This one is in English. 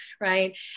right